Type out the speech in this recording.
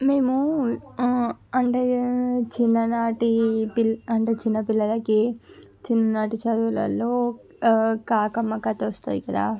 మేము అంటే చిన్ననాటి అంటే చిన్నపిల్లలకి చిన్ననాటి చదువులలో కాకమ్మ కథ వస్తాయి కదా